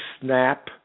snap